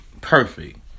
perfect